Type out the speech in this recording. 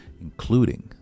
including